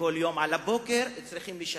וכל יום על הבוקר צריכים לשיר.